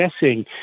guessing